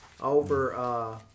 over